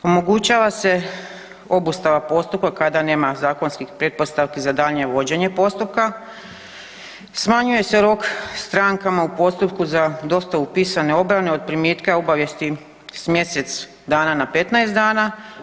Omogućava se obustava postupka kada nema zakonskih pretpostavki za daljnje vođenje postupka, smanjuje se rok strankama u postupku za dostavu pisane obrane od primitka obavijesti s mjesec dana na 15 dana.